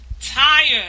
Tired